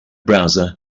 browser